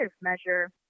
measure